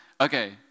okay